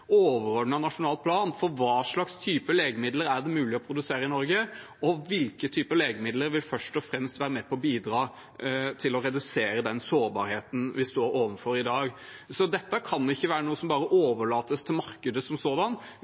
nasjonal plan for hva slags typer legemidler det er mulig å produsere i Norge, og hvilke typer legemidler som først og fremst vil være med på å bidra til å redusere den sårbarheten vi står overfor i dag. Dette kan ikke være noe som bare overlates til markedet som sådan